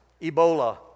Ebola